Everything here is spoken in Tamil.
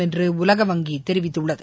என்று உலக வங்கி தெரிவித்துள்ளது